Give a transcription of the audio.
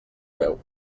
veu